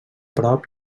prop